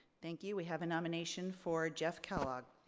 thank you. we have a nomination for jeff kellogg.